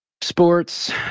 sports